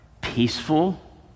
peaceful